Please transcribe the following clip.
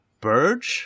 Burge